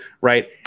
Right